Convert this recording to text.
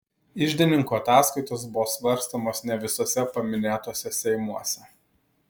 iždininkų ataskaitos buvo svarstomos ne visuose paminėtuose seimuose